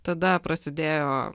tada prasidėjo